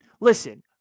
Listen